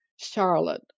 Charlotte